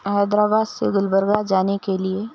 حیدرآباد سے گلبرگہ جانے کے لیے